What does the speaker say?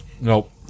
Nope